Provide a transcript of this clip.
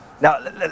Now